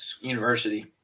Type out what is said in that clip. university